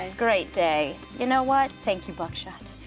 ah great day, you know what, thank you buckshot.